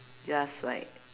just like